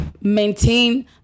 maintain